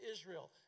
Israel